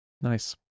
Nice